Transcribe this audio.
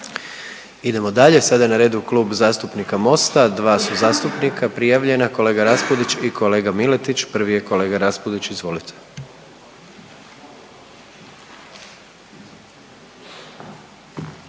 Idemo dalje. Sada je na redu Klub zastupnika Mosta, dva su zastupnika prijavljena, kolega Raspudić i kolega Miletić. Prvi je kolega Raspudić, izvolite.